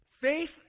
Faith